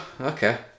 okay